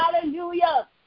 Hallelujah